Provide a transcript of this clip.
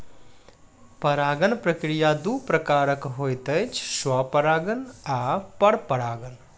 परागण प्रक्रिया दू प्रकारक होइत अछि, स्वपरागण आ परपरागण